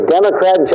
Democrat